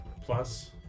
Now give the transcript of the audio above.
plus